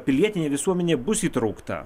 pilietinė visuomenė bus įtraukta